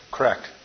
Correct